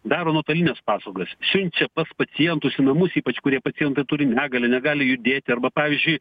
daro nuotolines paslaugas siunčia pas pacientus į namus ypač kurie pacientai turi negalią negali judėti arba pavyzdžiui